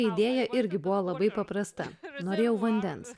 idėja irgi buvo labai paprasta norėjau vandens